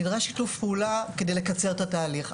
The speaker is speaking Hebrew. נדרש שיתוף פעולה כדי לקצר את התהליך.